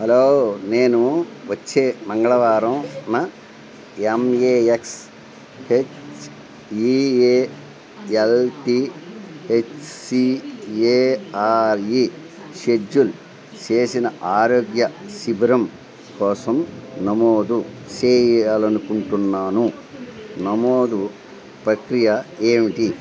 hello నేను వచ్చే మంగళవారంన M A X H E A L T H C A R E schedule చేసిన ఆరోగ్య శిబిరం కోసం నమోదు చేయాలి అనుకుంటున్నాను నమోదు ప్రక్రియ ఏమిటి